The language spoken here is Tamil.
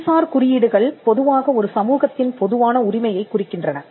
புவிசார் குறியீடுகள் பொதுவாக ஒரு சமூகத்தின் பொதுவான உரிமையைக் குறிக்கின்றன